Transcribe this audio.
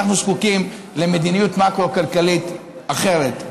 אנחנו זקוקים למדיניות מקרו-כלכלית אחרת.